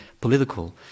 political